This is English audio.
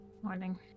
Morning